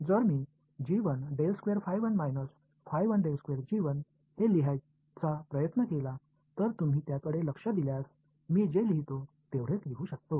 जर मी हे लिहायचा प्रयत्न केला तर तुम्ही त्याकडे लक्ष दिल्यास मी जे लिहितो तेवढेच लिहू शकतो